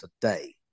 today